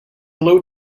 low